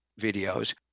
videos